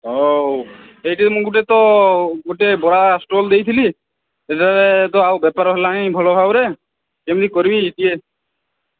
ହଉ ସେଇଠି ମୁଁ ଗୋଟେ ତ ଗୋଟେ ବରା ଷ୍ଟଲ୍ ଦେଇଥିଲି ସେଠାରେ ତ ଆଉ ବେପାର ହେଲାଣି ହିଁ ଭଲ ଭାବରେ କେମିତି କରିବିି କିଏ